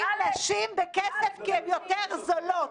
קונים נשים בכסף כי הן יותר זולות.